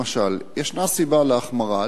למשל: ישנה סיבה להחמרה,